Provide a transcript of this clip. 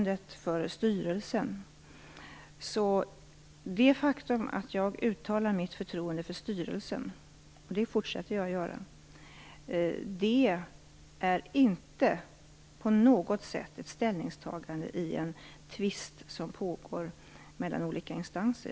Det faktum att jag uttalar mitt förtroende för styrelsen - och det fortsätter jag att göra - är inte på något sätt ett ställningstagande i en tvist som pågår mellan olika instanser.